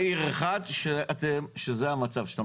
תן לי דוגמה לעיר אחת שזה המצב שאתה מתאר.